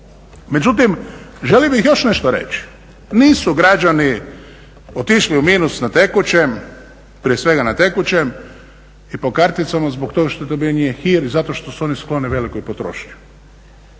Međutim, želio bih još nešto reći. Nisu građani otišli u minus na tekućem, prije svega na tekućem i po karticama zbog toga što je to bio njihov hir, zato što su oni skloni velikoj potrošnji.